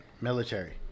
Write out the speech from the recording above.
military